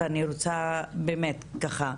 ואני רוצה באמת ככה,